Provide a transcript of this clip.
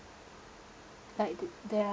like th~ their